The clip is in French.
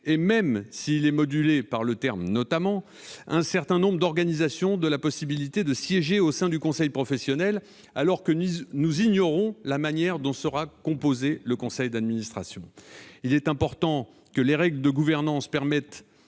même modulé par l'emploi du terme « notamment », un certain nombre d'organisations de la possibilité de siéger au sein du conseil professionnel, alors que nous ignorons la manière dont sera composé le conseil d'administration. Il est important que les règles de gouvernance permettent